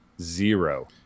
Zero